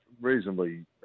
reasonably